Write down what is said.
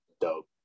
Dope